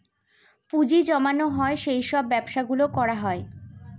পুঁজি জমানো হয় সেই সব ব্যবসা গুলো করা হয়